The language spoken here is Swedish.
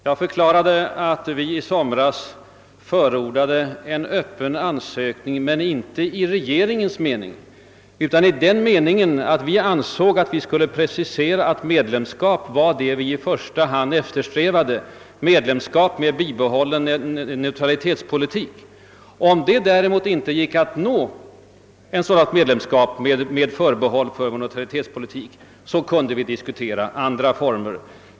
Jag förklarade att vi i somras på sätt och vis förordade en öppen ansökan, men inte en i regeringens mening öppen ansökan utan öppen blott i den bemärkelsen att vi preciserade att medlemskap med bibehållen neutralitet var vad vi i första hand eftersträvade. Om det däremot inte gick att uppnå medlemskap med förbehåll för vår neutralitet kunde vi diskutera även andra anslutningsformer.